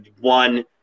one